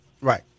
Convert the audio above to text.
Right